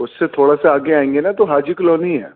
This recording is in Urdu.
اس سے تھوڑا سا آگے آئیں گے نا تو حاجی کالونی ہے